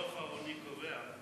דוח העוני קובע,